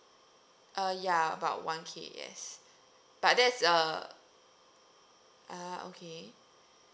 uh ya about one K yes but that's a ah okay